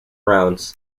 rounds